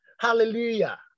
Hallelujah